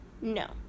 no